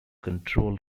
control